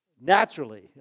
Naturally